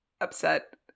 upset